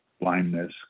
blindness